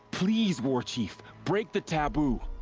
please, warchief. break the taboo!